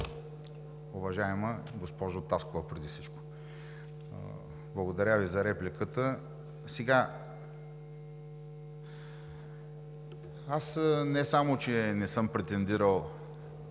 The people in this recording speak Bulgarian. Уважаема госпожо Таскова, преди всичко! Благодаря Ви за репликата. Аз не само че не съм претендирал